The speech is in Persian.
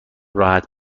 راحت